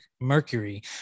mercury